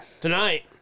Tonight